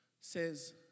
says